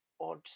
odd